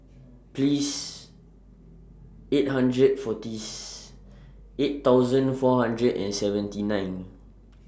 Please eight hundred forty's eight thousand four hundred and seventy nine